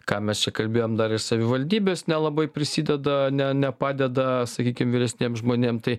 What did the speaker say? ką mes čia kalbėjom dar ir savivaldybės nelabai prisideda ne nepadeda sakykim vyresniem žmonėm tai